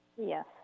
Yes